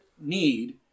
need